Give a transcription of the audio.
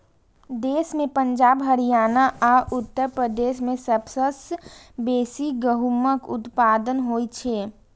देश मे पंजाब, हरियाणा आ उत्तर प्रदेश मे सबसं बेसी गहूमक उत्पादन होइ छै